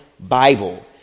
Bible